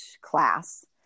class